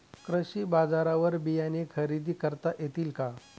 कृषी बाजारवर बियाणे खरेदी करता येतील का?